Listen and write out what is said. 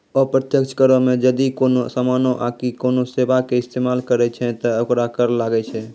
अप्रत्यक्ष करो मे जदि कोनो समानो आकि कोनो सेबा के इस्तेमाल करै छै त ओकरो कर लागै छै